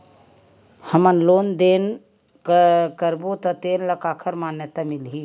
हमन लेन देन करबो त तेन ल काखर मान्यता मिलही?